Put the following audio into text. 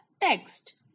text